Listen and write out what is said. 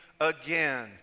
again